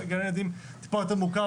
וגני ילדים זה טיפה יותר מורכב,